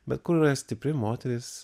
bet kur yra stipri moteris